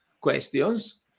questions